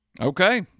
Okay